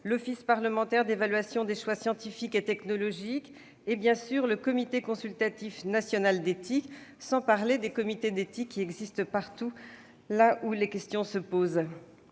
l'Office parlementaire d'évaluation des choix scientifiques et technologiques, et, bien sûr, le Comité consultatif national d'éthique- sans parler des comités d'éthique qui existent partout où les questions se posent.